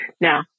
Now